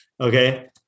Okay